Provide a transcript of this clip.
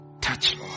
touch